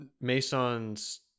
Mason's